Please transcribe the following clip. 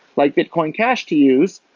like bitcoin cash to use,